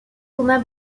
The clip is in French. tournois